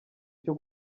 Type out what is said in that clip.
cyo